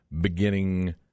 beginning